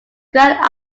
grand